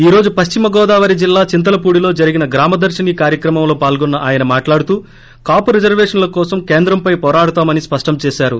ఈ రోజు పశ్చిమగోదావరి జిల్లా చింతలపూడిలో జరిగిన గ్రామదర్తిని కార్యక్రమంలో పాల్గొన్న ఆయన మాట్లాడుతూ కాపు రిజర్వేషన్ల కోసం కేంద్రంపై పోరాడతామని స్పష్టం చేశారు